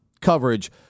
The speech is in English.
coverage